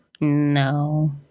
no